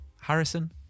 Harrison